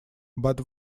but